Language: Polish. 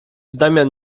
damian